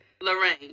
Lorraine